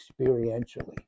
experientially